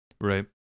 Right